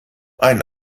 ein